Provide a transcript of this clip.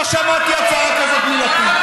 לא שמעתי הצעה כזאת מלפיד.